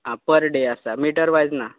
आं per day आसा metre वायज ना